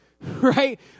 right